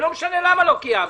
ולא משנה למה לא קיימתם.